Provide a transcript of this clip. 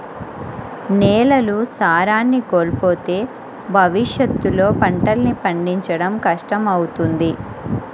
నేలలు సారాన్ని కోల్పోతే భవిష్యత్తులో పంటల్ని పండించడం కష్టమవుతుంది